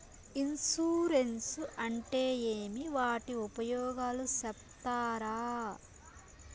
Insurance అంటే ఏమి? వాటి ఉపయోగాలు సెప్తారా?